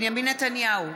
בנימין נתניהו,